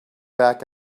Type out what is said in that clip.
back